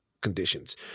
conditions